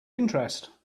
interest